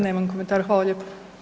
Nemam komentara, hvala lijepo.